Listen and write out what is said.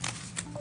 11:47.